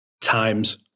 times